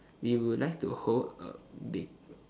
we would like to hold a bake